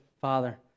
Father